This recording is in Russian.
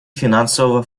финансового